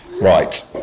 Right